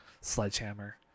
Sledgehammer